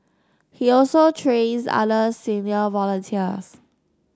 he also trains other senior volunteers